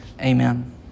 Amen